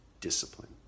discipline